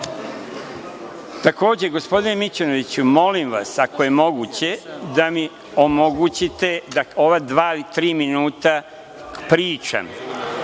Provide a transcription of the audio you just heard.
gospodine Mićunoviću, molim vas, ako je moguće, da mi omogućite da ova dva ili tri minuta pričam. Drugo,